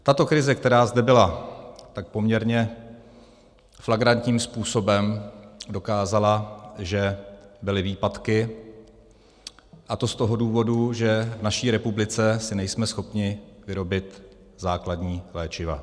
Tato krize, která zde byla, poměrně flagrantním způsobem dokázala, že byly výpadky, a to z toho důvodu, že v naší republice si nejsme schopni vyrobit základní léčiva.